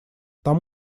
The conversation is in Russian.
там